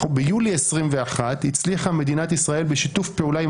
ביולי 2021 הצליחה מדינת ישראל בשיתוף פעולה עם